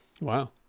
Wow